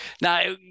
Now